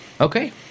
Okay